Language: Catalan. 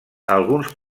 alguns